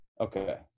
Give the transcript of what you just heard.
Okay